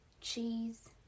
cheese